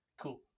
cool